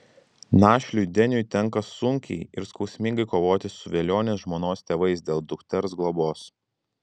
našliui deniui tenka sunkiai ir skausmingai kovoti su velionės žmonos tėvais dėl dukters globos